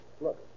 Look